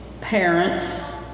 parents